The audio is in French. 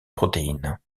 protéine